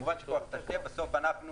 בסוף אנחנו